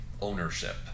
ownership